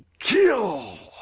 kill,